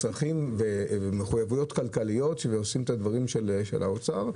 צרכים ומחויבויות כלכליות מצד האוצר,